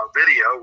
video